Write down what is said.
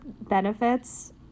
benefits